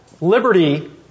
liberty